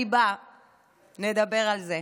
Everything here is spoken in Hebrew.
אני באה לדבר על זה.